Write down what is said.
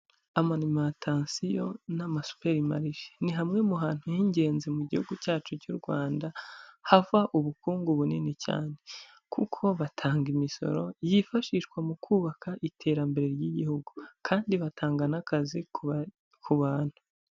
Amalimatasiyo n'amasuperimalishe ni hamwe mu hantu h'ingenzi mu gihugu cyacu cy'u rwanda hava ubukungu bunini cyane, kuko batanga imisoro yifashishwa mu kubaka iterambere ry'igihugu kandi batanga n'akazi ku bantu.